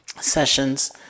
sessions